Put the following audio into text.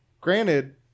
Granted